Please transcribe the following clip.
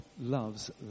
loves